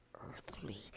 earthly